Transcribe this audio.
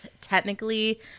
technically